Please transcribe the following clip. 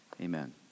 amen